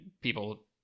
people